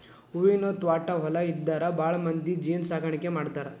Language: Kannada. ಹೂವಿನ ತ್ವಾಟಾ ಹೊಲಾ ಇದ್ದಾರ ಭಾಳಮಂದಿ ಜೇನ ಸಾಕಾಣಿಕೆ ಮಾಡ್ತಾರ